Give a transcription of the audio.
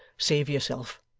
save yourself!